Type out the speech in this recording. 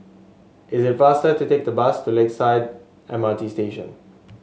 it is faster to take the bus to Lakeside M R T Station